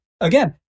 again